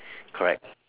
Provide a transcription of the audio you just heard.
correct